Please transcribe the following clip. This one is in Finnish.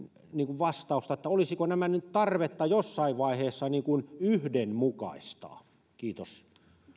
vastausta että olisiko nyt tarvetta nämä jossain vaiheessa yhdenmukaistaa kiitos